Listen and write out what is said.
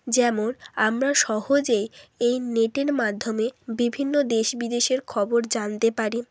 যেমন আমরা সহজে এই নেটের মাধ্যমে বিভিন্ন দেশ বিদেশের খবর জানতে পারি